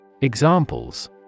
Examples